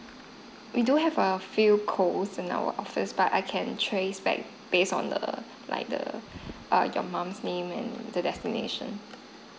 we do have err few calls in our office but I can trace back based on the like the err your mom's name and the destination